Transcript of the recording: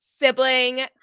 sibling